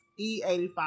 E85